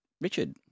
Richard